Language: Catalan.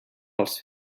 pels